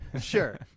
sure